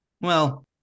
Well-